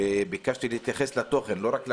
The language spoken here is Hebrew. וביקשתי להתייחס לתוכן, לא רק לשקיפות.